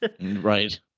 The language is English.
right